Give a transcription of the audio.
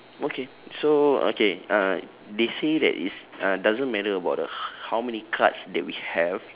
okay so okay uh they say that is uh doesn't matter about the h~ how many cards that we have